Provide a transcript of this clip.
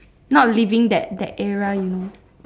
not living that that era you know